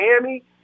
Miami